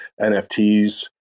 nfts